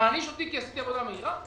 אתה מעניש אותי כי עשיתי עבודה מהירה?